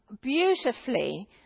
beautifully